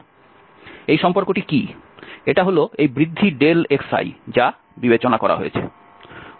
এটা হল এই বৃদ্ধি xi যা বিবেচনা করা হয়েছে